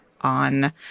on